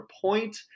point